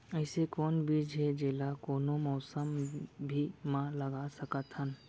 अइसे कौन बीज हे, जेला कोनो मौसम भी मा लगा सकत हन?